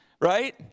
Right